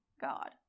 God